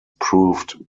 proved